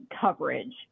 coverage